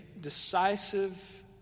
decisive